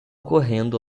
correndo